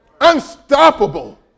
Unstoppable